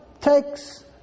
takes